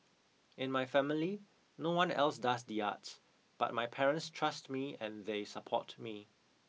in my family no one else does the arts but my parents trust me and they support me